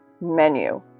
menu